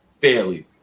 fairly